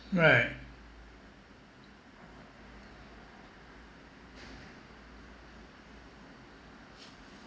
right